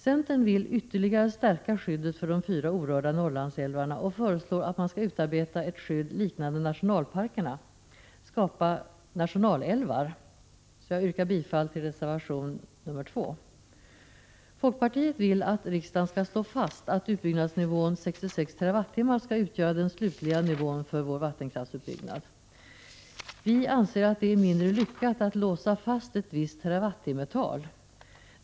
Centern vill ytterligare stärka skyddet för de fyra orörda Norrlandsälvarna och föreslår att man skall utarbeta ett skydd liknande det som gäller nationalparkerna, skapa ”nationalälvar”. Jag yrkar bifall till reservation 2. Folkpartiet vill att riksdagen skall slå fast att utbyggnadsnivån 66 TWh skall utgöra den slutliga nivån för vår vattenkraftsutbyggnad. Vi anser att det är mindre lyckat att låsa fast ett visst terawattimmetal.